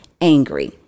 angry